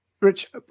Rich